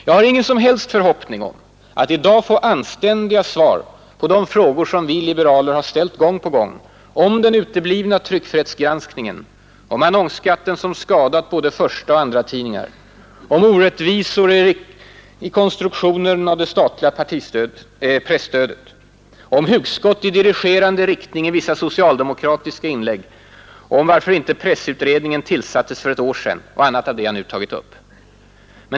Jag har ingen som helst förhoppning om att i dag få anständiga svar på de frågor som vi liberaler gång på gång ställt: om den uteblivna tryckfrihetsgranskningen, om annonsskatten som skadat både förstaoch andratidningar, om orättvisor i konstruktionen av det statliga presstödet, om hugskott i dirigerande riktning i vissa socialdemokratiska inlägg om varför inte pressutredningen tillsattes för ett år sedan och annat av det slag jag nu tagit upp.